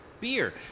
beer